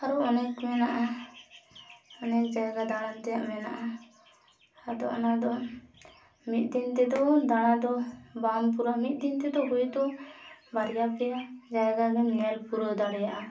ᱟᱨᱚ ᱚᱱᱮᱠ ᱢᱮᱱᱟᱜᱼᱟ ᱚᱱᱮᱠ ᱟᱭᱜᱟ ᱫᱟᱬᱟᱱ ᱛᱮᱭᱟᱜ ᱢᱮᱱᱟᱜᱼᱟ ᱟᱫᱚ ᱚᱱᱟᱫᱚ ᱢᱤᱫ ᱫᱤᱱᱛᱮᱫᱚ ᱫᱟᱬᱟᱫᱚ ᱵᱟᱝ ᱯᱩᱨᱟᱹᱜᱼᱟ ᱢᱤᱫ ᱫᱤᱱᱛᱮᱫᱚ ᱦᱚᱭᱛᱚ ᱵᱟᱨᱭᱟ ᱯᱮᱭᱟ ᱡᱟᱭᱜᱟᱜᱮᱢ ᱧᱮᱞ ᱯᱩᱨᱟᱹᱣ ᱫᱟᱲᱮᱭᱟᱜᱼᱟ